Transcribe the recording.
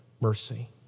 mercy